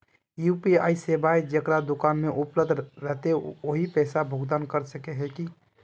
UPI सेवाएं जेकरा दुकान में उपलब्ध रहते वही पैसा भुगतान कर सके है की?